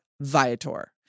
Viator